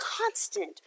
constant